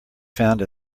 found